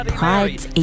Pride's